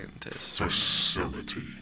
facility